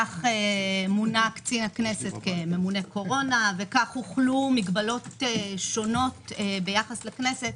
כך מונה קצין הכנסת כממונה קורונה וכך הוחלו מגבלות שונות ביחס לכנסת,